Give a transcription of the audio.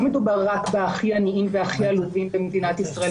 מדובר רק בהכי עניים והכי עלובים במדינת ישראל.